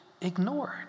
ignored